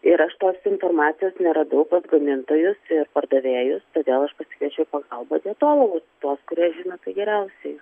ir aš tos informacijos neradau pas gamintojus pardavėjus todėl aš pasikvieičiau į pagalbą dietologus tuos kurie žino tai geriausiai